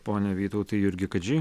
pone vytautai jurgi kadžy